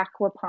aquaponics